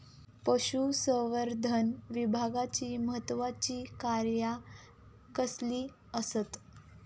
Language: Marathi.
पशुसंवर्धन विभागाची महत्त्वाची कार्या कसली आसत?